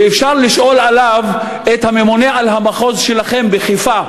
ואפשר לשאול עליו את הממונה שלכם על מחוז חיפה,